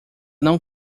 não